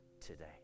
today